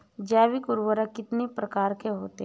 जैव उर्वरक कितनी प्रकार के होते हैं?